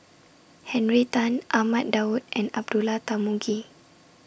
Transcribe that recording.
Henry Tan Ahmad Daud and Abdullah Tarmugi